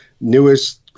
newest